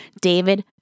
David